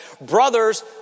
brothers